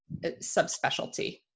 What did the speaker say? subspecialty